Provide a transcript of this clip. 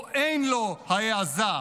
או אין לו ההעזה,